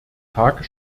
tage